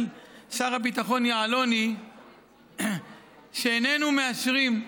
שר הביטחון יעלון היא שאיננו מאשרים,